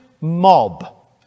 mob